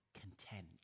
content